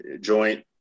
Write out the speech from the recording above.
joint